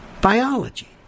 biology